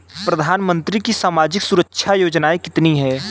प्रधानमंत्री की सामाजिक सुरक्षा योजनाएँ कितनी हैं?